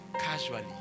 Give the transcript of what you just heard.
casually